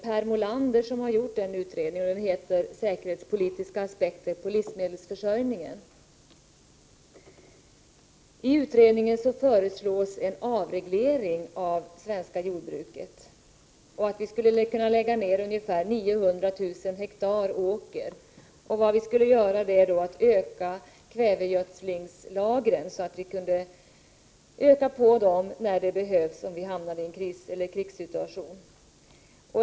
Per Molander har gjort utredningen som heter Säkerhetspolitiska aspekter på livsmedelsförsörjningen. I utredningen föreslås det att en avreglering av det svenska jordbruket sker, och det sägs att ungefär 900 000 hektar åker skulle kunna läggas ned. Utredaren menar att vi skall öka kvävegödslingslagren i händelse av en kriseller krigssituation.